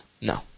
No